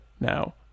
Now